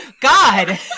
God